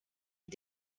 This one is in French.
est